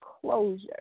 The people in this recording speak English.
closure